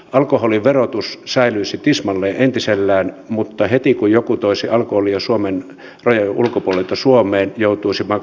alkoholiverotus säilyisi tismalleen entisellään mutta heti kun joku toisi alkoholia suomen rajojen ulkopuolelta suomeen hän joutuisi maksamaan terveydenhoitomaksun